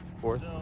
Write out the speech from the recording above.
fourth